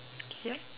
yup